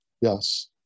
Yes